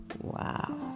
Wow